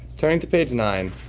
turn to page nine.